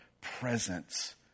presence